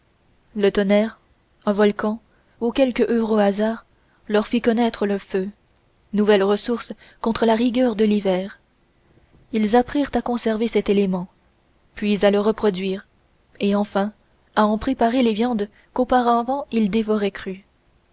le tonnerre un volcan ou quelque heureux hasard leur fit connaître le feu nouvelle ressource contre la rigueur de l'hiver ils apprirent à conserver cet élément puis à le reproduire et enfin à en préparer les viandes qu'auparavant ils dévoraient crues